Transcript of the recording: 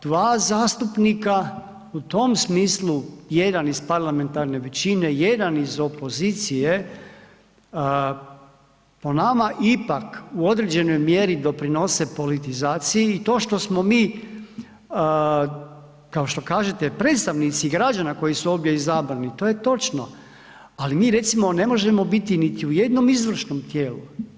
Dva zastupnika u tom smislu, jedan iz parlamentarne većine, jedan iz opozicije, po nama ipak u određenoj mjeri doprinose politizaciji i to što smo mi kao što kažete predstavnici građana koji su ovdje izabrani, to je točno ali mi recimo ne možemo biti niti u jednom izvršnom tijelu.